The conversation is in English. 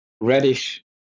reddish